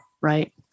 Right